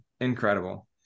Incredible